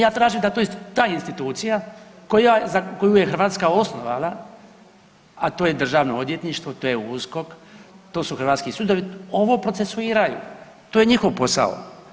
Ja tražim da ta institucija koju je Hrvatska osnovala, a to je državno odvjetništvo, to je USKOK, to su hrvatski sudovi ovo procesuiraju, to je njihov posao.